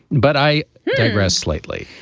but i digress slightly.